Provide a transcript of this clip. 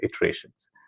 iterations